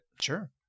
Sure